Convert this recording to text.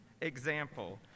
example